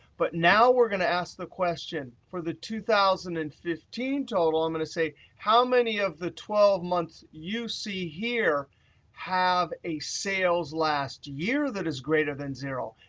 but now we're going to ask the question. for the two thousand and fifteen total, i'm going to say how many of the twelve months you see here have a sales last year that is greater than zero?